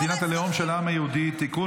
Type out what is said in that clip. מדינת הלאום של העם היהודי (תיקון,